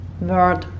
word